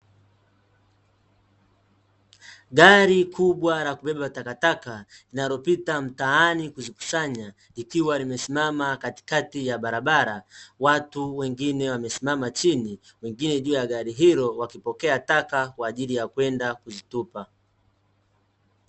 Gari kubwa la kubeba takataka linalopita mtaani kuzikusanya likiwa limesimama katikati ya barabara, watu wengine wamesimama chini, wengine juu ya gari hilo wakipokea taka kwa ajili ya kwenda kuzitupa.